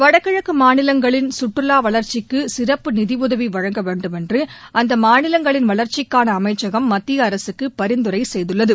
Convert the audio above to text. வடகிழக்கு மாநிலங்களின் சுற்றுலா வளர்ச்சிக்கு சிறப்பு நிதி உதவி வழங்க வேண்டுமென்று அந்த மாநிலங்களின் வளர்ச்சிக்கான அமைச்சகம் மத்திய அரசுக்கு பரிந்துரை செய்துள்ளது